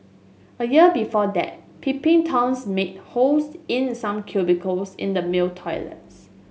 a year before that peeping Toms made holes in some cubicles in the male toilet